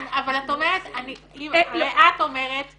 ליליאן, אבל את אומרת יש